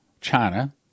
China